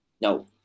No